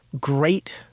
great